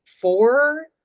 four